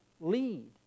lead